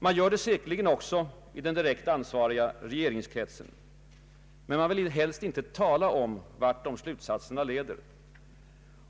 Man gör det säkerligen också i den direkt ansvariga regeringskretsen, men man vill helt inte tala om vart de slutsatserna leder.